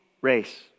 race